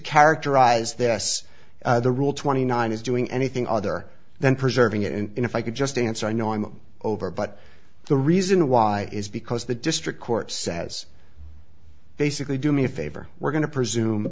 characterize this the rule twenty nine is doing anything other than preserving it and if i could just answer i know i'm over but the reason why is because the district court says basically do me a favor we're going to presume